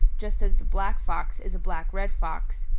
just as the black fox is a black red fox,